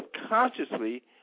subconsciously